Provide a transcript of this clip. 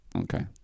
Okay